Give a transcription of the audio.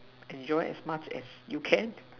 enjoy as much as you can